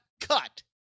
cut